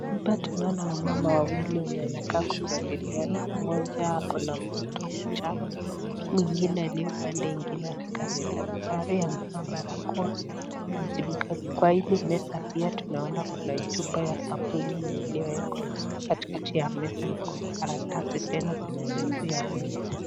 Hapa tunaona wamama wawili ambao wanakaa kujadiliana moja akona mtoto mchanga mwingine aliye upende mwingine anaonekana ni daktari, amefaa barakoa kijimdomo kwa hii meza tena tunaona kuna chupa ya sabuni iliyowakwa katika ya meza na Kuna karatasi tena zilizo juu ya meza.